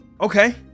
Okay